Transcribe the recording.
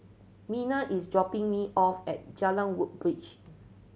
is dropping me off at Jalan Woodbridge